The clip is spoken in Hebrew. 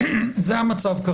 זה המצב.